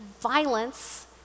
violence